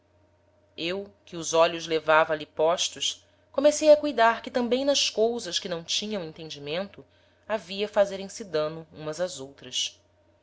eu que os olhos levava ali postos comecei a cuidar que tambem nas cousas que não tinham entendimento havia fazerem se dano umas ás outras